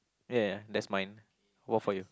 yeah that's mine what about for you